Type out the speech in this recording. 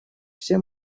все